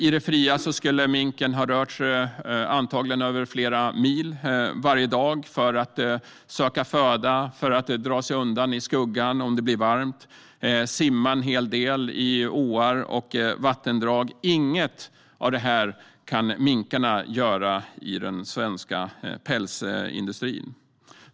I det fria skulle minken antagligen ha rört sig över flera mil varje dag för att söka föda, dra sig undan i skuggan om det blir varmt eller simma i åar och vattendrag. Inget av detta kan minkarna göra i den svenska pälsindustrin.